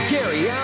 Gary